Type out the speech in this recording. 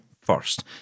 first